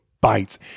bites